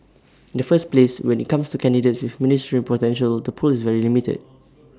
in the first place when IT comes to candidates with ministerial potential the pool is very limited